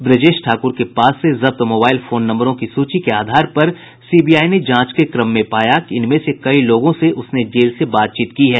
ब्रजेश ठाक्र के पास से जब्त मोबाईल फोन नम्बरों की सूची के आधार पर सीबीआई ने जांच के क्रम में पाया कि इनमें से कई लोगों से उसने जेल से बातचीत की है